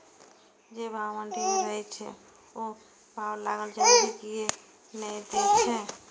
जे भाव मंडी में रहे छै ओ भाव लोकल बजार कीयेक ने दै छै?